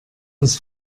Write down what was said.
des